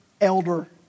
elder